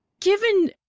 Given